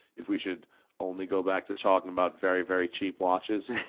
if we should only go back to talking about very, very cheap watches.